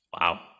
Wow